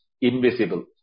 invisible